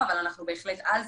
אבל אנחנו בהחלט על זה,